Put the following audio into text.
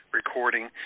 recording